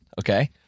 Okay